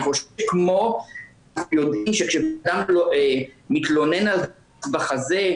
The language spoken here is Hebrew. כמו שיודעים שכש- -- מתלונן על כאבים בחזה,